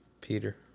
Peter